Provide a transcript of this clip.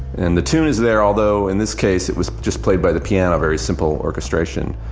and the tune is there although in this case it was just played by the piano, very simple orchestration,